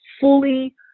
fully